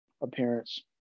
appearance